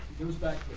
goes back